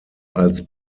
als